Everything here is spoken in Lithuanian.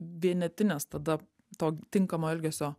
vienetines tada to tinkamo elgesio